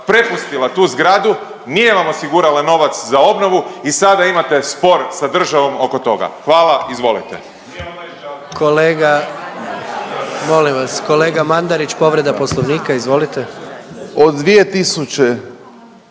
prepustila tu zgradu, nije vam osigurala novac za obnovu i sada imate spor sa državom oko toga. Hvala, izvolite. **Jandroković, Gordan (HDZ)** Kolega, molim